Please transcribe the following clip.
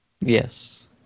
Yes